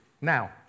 Now